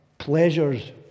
Pleasures